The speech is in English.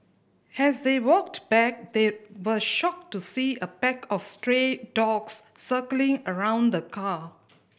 has they walked back they were shocked to see a pack of stray dogs circling around the car